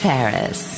Paris